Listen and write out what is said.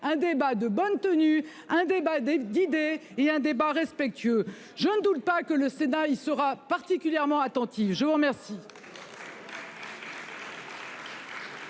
un débat de bonne tenue, un débat d'idées, un débat respectueux. Je ne doute pas que le Sénat y sera particulièrement attentif. La parole